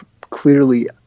clearly